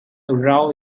around